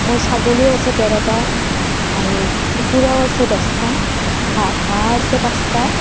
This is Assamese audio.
মোৰ ছাগলীও আছে তেৰটা আৰু কুকুৰাও আছে দহটা হাঁহ আছে পাঁচটা